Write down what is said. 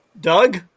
Doug